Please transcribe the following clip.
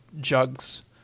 jugs